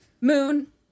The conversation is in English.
moon